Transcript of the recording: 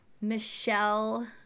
Michelle –